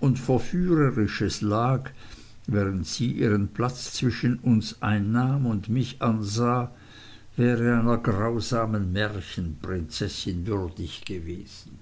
und verführerisches lag während sie ihren platz zwischen uns einnahm und mich ansah wäre einer grausamen märchenprinzessin würdig gewesen